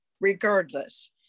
regardless